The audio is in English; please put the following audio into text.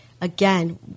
again